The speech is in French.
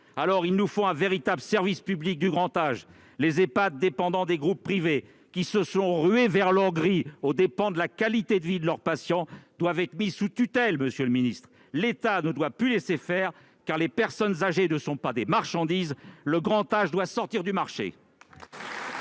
jour. Il nous faut un véritable service public du grand âge. Les Ehpad dépendant des groupes privés qui se sont rués vers l'or gris aux dépens de la qualité de vie de leurs patients doivent être mis sous tutelle. L'État ne doit plus laisser faire, car les personnes âgées ne sont pas des marchandises. Le grand âge doit sortir du marché